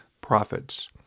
prophets